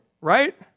right